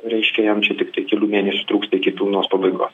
reiškia jam čia tiktai kelių mėnesių trūksta iki pilnos pabaigos